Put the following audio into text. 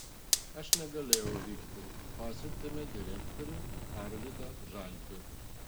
aš negalėjau vykti pasiuntėme direktorių arvydą žalpį